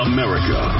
America